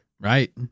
right